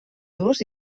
durs